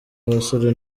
abasore